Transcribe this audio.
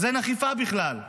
אז אין אכיפה בכלל.